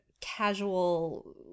casual